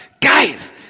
Guys